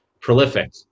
prolific